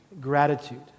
gratitude